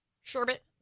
sherbet